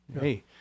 hey